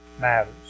matters